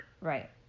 right